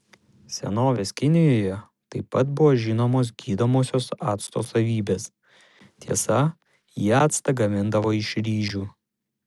senovės kinijoje taip pat buvo žinomos gydomosios acto savybės tiesa jie actą gamindavo iš ryžių